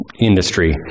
industry